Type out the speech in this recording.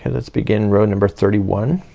and let's begin row number thirty one.